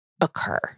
occur